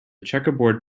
checkerboard